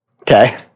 Okay